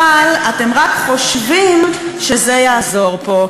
אבל אתם רק חושבים שזה יעזור פה.